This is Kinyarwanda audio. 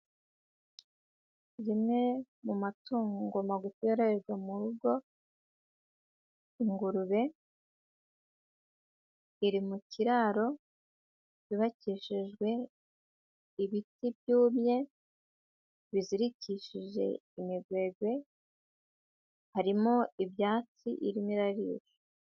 Rimwe mu matungo ngo magufi yororerwa mu rugo, ingurube iri mu kiraro cyubakishejwe ibiti byumye bizirikishije imigwegwe, harimo ibyatsi irimo irarisha.